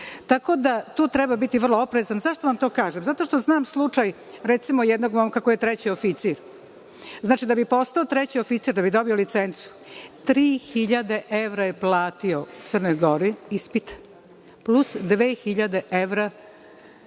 školi. Tu treba biti veoma ozbiljan.Zašto vam to kažem? Zato što znam slučaj, recimo, jednog momka koji je treći oficir. Znači, da bi postao treći oficir, da bi dobio licencu, tri hiljade evra je platio u Crnoj Gori ispit plus dve